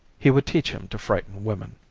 he would teach him to frighten women.